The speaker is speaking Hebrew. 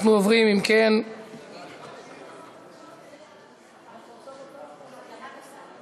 אנחנו עוברים להצבעה על הצעת החוק המוצמדת: הצעת חוק קבלה,